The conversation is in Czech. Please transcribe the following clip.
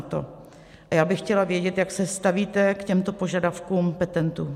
A já bych chtěla vědět, jak se stavíte k těmto požadavkům petentů.